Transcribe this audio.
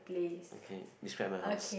okay describe my house